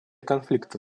конфликта